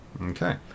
Okay